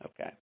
Okay